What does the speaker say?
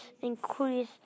increase